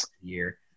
year